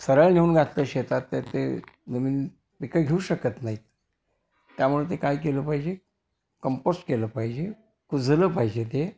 सरळ नेऊन घातलं शेतात तर ते नवीन पिकं घेऊ शकत नाहीत त्यामुळे ते काय केलं पाहिजे कंपोस्ट केलं पाहिजे कुजलं पाहिजे ते